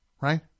right